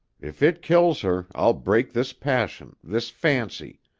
if it kills her, i'll break this passion, this fancy.